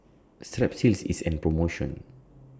Strepsils IS An promotion